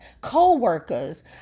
co-workers